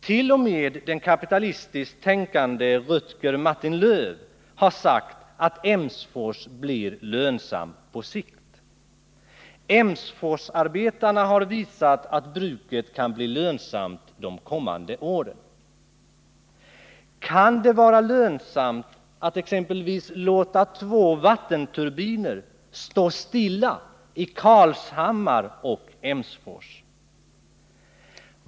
T. o. m. den kapitalistiskt tänkande Rutger Martin Löf har sagt att Emsfors på sikt blir lönsamt. Emsforsarbetarna har visat att bruket kan bli lönsamt de kommande åren. Kan det vara lönsamt att exempelvis låta två vattenturbiner stå stilla i Karlshammar och Emsfors?